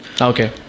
Okay